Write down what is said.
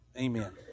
Amen